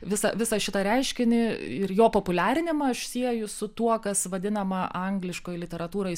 visą visą šitą reiškinį ir jo populiarinimą aš sieju su tuo kas vadinama angliškoj literatūroj